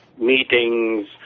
meetings